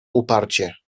uparcie